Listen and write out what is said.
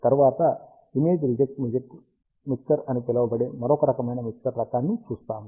తరువాత image reject mixer అని పిలువబడే ఒక ముఖ్యమైన మిక్సర్ రకాన్ని చూస్తాము